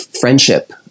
friendship